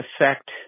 affect